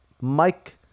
Mike